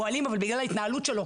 הוא אלים אבל בגלל ההתנהלות שלו,